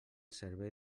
servei